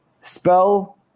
Spell